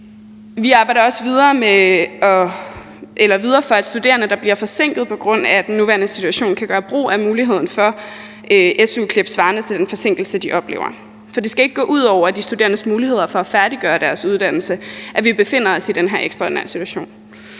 Vi arbejder også videre for, at studerende, der bliver forsinket på grund af den nuværende situation, kan gøre brug af muligheden for su-klip svarende til den forsinkelse, de oplever. For det skal ikke gå ud over de studerendes muligheder for at færdiggøre deres uddannelse, at vi befinder os i den her ekstraordinære situation.